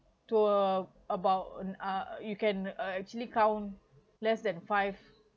to a~ about uh you can actually count less than five